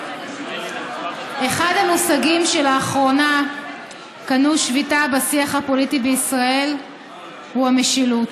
"אחד המושגים שלאחרונה קנו שביתה בשיח הפוליטי בישראל הוא ה'משילות'.